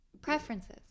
preferences